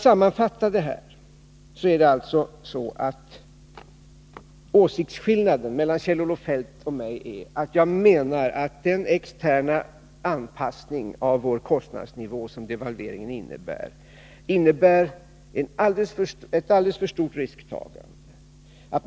Sammanfattningsvis vill jag säga att åsiktsskillnaden mellan Kjell-Olof Feldt och mig är den att jag menar att den externa anpassning av vår kostnadsnivå som devalveringen innebär medför ett alldeles för stort risktagande.